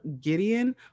Gideon